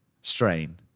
strain